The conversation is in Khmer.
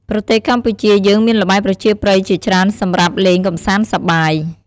ប្រទេសកម្ពុជាយើងមានល្បែងប្រជាប្រិយជាច្រើនសម្រាប់លេងកម្សាន្តសប្បាយ។